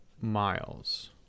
miles